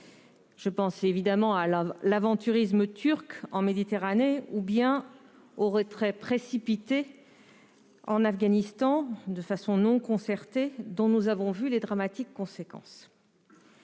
Je pense évidemment à l'aventurisme turc en Méditerranée ou bien au retrait précipité et non concerté d'Afghanistan, dont nous avons vu les dramatiques conséquences.